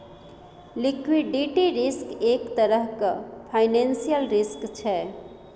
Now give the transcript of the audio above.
liquidity risk एक तरहक financial risk छै